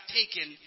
taken